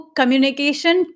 communication